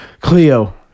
Cleo